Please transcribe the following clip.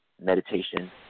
Meditation